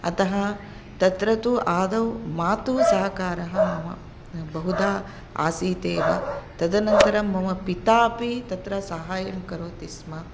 अतः तत्र तु आदौ मातुः सहकारः मम बहुधा आसीतेव तदनन्तरं मम पिता अपि तत्र सहायं करोति स्म